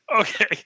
Okay